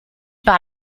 par